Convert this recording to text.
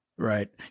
Right